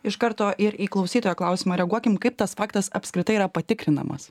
iš karto ir į klausytojo klausimą reaguokim kaip tas faktas apskritai yra patikrinamas